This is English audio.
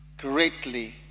Greatly